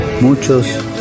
Muchos